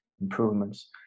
improvements